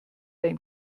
ein